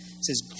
says